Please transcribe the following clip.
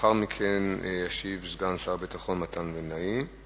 לאחר מכן ישיב סגן שר הביטחון מתן וילנאי.